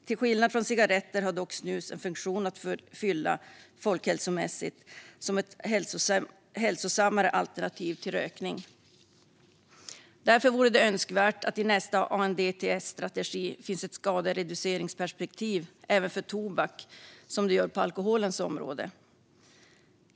Till skillnad från cigaretter har dock snus en funktion att fylla folkhälsomässigt som ett hälsosammare alternativ till rökning. Därför vore det önskvärt att det i nästa ANDTS-strategi finns ett skadereduceringsperspektiv även för tobak, som det gör på alkoholens område.